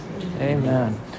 Amen